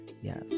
yes